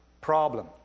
problem